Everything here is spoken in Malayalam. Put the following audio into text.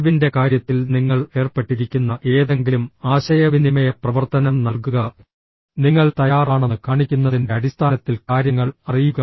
അറിവിന്റെ കാര്യത്തിൽ നിങ്ങൾ ഏർപ്പെട്ടിരിക്കുന്ന ഏതെങ്കിലും ആശയവിനിമയ പ്രവർത്തനം നൽകുക നിങ്ങൾ തയ്യാറാണെന്ന് കാണിക്കുന്നതിന്റെ അടിസ്ഥാനത്തിൽ കാര്യങ്ങൾ അറിയുക